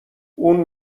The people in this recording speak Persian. اون